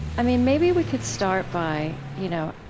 i mean, maybe we could start by, you know,